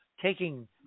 taking